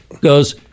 goes